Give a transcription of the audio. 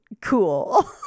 cool